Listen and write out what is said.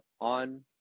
on